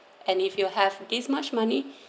and if you have this much money